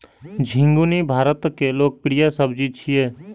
झिंगुनी भारतक लोकप्रिय सब्जी छियै